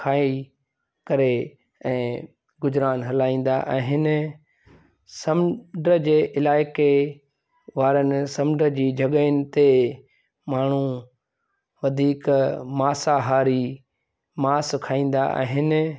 खाई करे ऐं गुज़िरान हलाईंदा आहिनि समुंड जे इलाइक़े वारनि समुंड जी जॻहनि ते माण्हू वधीक मांसाहारी मांस खाईंदा आहिनि